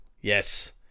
yes